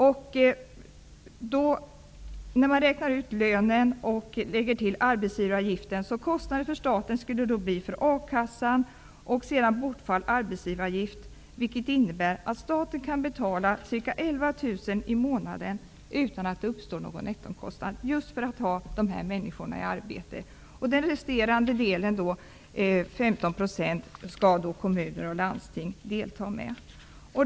Om man räknar ut lönen och lägger till arbetgivaravgiften skulle staten få en kostnad för a-kassa minus arbetsgivaravgift, vilket innebär att staten kan betala ca 11 000 kronor i månaden utan att någon nettokostnad uppstår, just för att ha de här människorna i arbete. Den resterande delen, 15 %, skall kommuner och landsting bidra med.